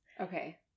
Okay